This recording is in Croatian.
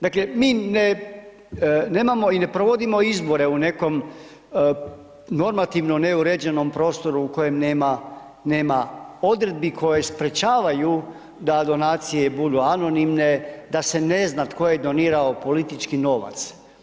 Dakle mi nemamo i ne provodimo izbore u nekom normativno neuređenom prostoru u kojem nema odredbi koje sprječavaju da donacije budu anonimne, da se ne zna tko je donirao politički novac.